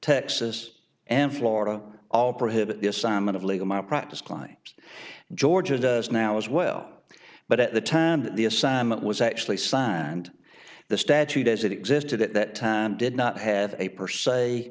texas and florida all prohibit the assignment of legal malpractise klein georgia does now as well but at the time that the assignment was actually signed the statute as it existed at that time did not have a per